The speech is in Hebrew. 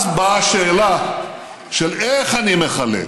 אז מתי, אז באה השאלה של איך אני מחלק.